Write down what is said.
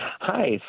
Hi